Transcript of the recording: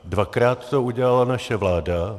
Dvakrát to udělala naše vláda.